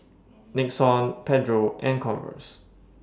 Nixon Pedro and Converse